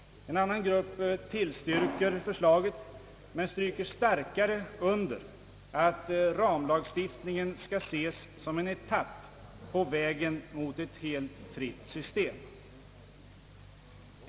En annan grupp tillstyrker förslaget, men stryker starkare under att ramlagstiftningen skall ses som en etapp på vägen mot ett helt nytt system.